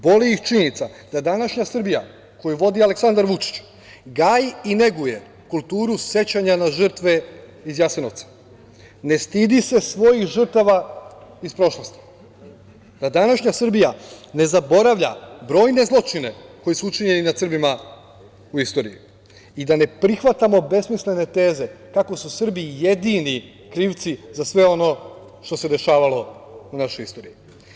Boli ih činjenica da današnja Srbija, koju vodi Aleksandar Vučić, gaji i neguje kulturu sećanja na žrtve iz Jasenovca, ne stidi se svojih žrtava iz prošlosti, da današnja Srbija ne zaboravlja brojne zločine koji su učinjeni nad Srbima u istoriji i da ne prihvatamo besmislene teze kako su Srbi jedini krivci za sve ono što se dešavalo u našoj istoriji.